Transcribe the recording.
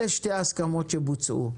אלה שתי ההסכמות שבוצעו.